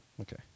okay